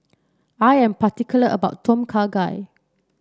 I am particular about Tom Kha Gai